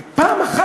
אבל פעם אחת